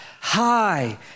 high